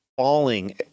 falling